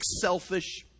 selfish